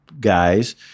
guys